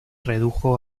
redujo